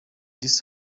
this